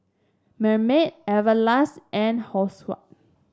Marmite Everlast and